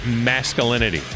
masculinity